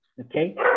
okay